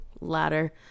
ladder